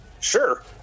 Sure